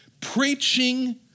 preaching